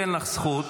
אני אתן לך זכות.